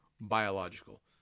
biological